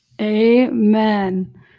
amen